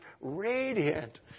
radiant